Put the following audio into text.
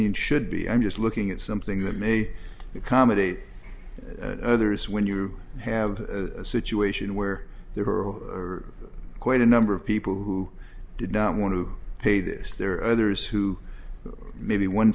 mean should be i'm just looking at something that may accommodate others when you have a situation where there were quite a number of people who did not want to pay this there are others who maybe one